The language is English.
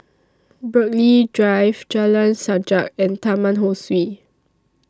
Burghley Drive Jalan Sajak and Taman Ho Swee